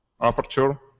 aperture